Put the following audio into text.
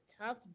tough